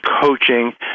coaching